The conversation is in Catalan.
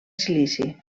silici